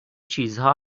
چیزها